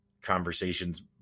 conversations